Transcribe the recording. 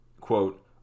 quote